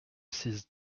six